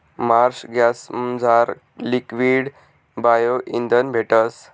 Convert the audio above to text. Marsh गॅसमझार liquid bio इंधन भेटस